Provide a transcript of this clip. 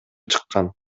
чыккан